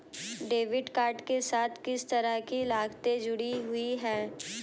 Debit card के साथ किस तरह की लागतें जुड़ी हुई हैं?